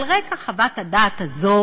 על רקע חוות הדעת הזו